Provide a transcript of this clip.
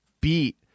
beat